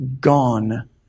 gone